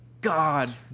God